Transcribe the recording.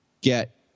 get